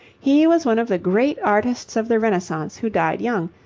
he was one of the great artists of the renaissance who died young,